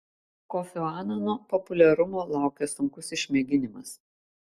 kofio anano populiarumo laukia sunkus išmėginimas